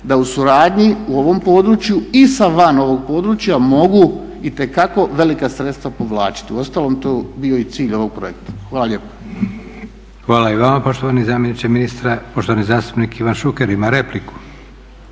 da u suradnji u ovom području i van ovog područja mogu itekako velika sredstva povlačiti. Uostalom to je bio i cilj ovog projekta. Hvala lijepa. **Leko, Josip (SDP)** Hvala i vama poštovani zamjeniče ministra. Poštovani zastupnik Ivan Šuker ima repliku.